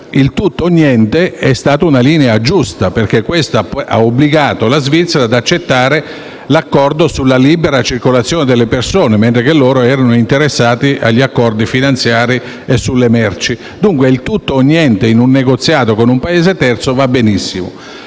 il tutto o niente è stata una linea giusta, perché ha obbligato la Svizzera ad accettare l'accordo sulla libera circolazione delle persone, quando loro erano interessati agli accordi finanziari e sulle merci. Dunque il tutto o niente in un negoziato con un Paese terzo va benissimo.